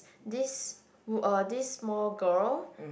this wo~ uh this small girl